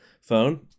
phone